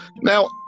Now